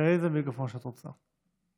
באיזה מיקרופון שאת רוצה,